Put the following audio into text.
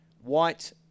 White